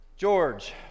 George